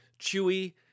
Chewie